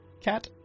Cat